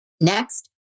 Next